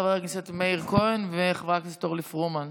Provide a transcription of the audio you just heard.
חבר הכנסת מאיר כהן וחברת הכנסת אורלי פרומן,